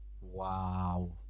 Wow